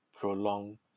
prolong